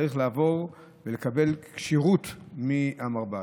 צריך לעבור ולקבל כשירות מהמרב"ד.